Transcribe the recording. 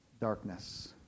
darkness